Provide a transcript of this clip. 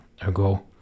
ago